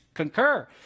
Concur